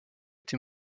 été